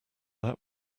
that